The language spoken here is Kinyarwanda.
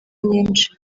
nyinshi